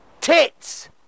Tits